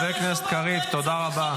הוא הבעיה.